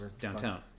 downtown